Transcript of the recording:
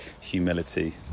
humility